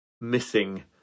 missing